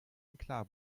exklave